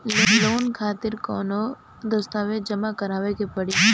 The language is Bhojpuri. लोन खातिर कौनो दस्तावेज जमा करावे के पड़ी?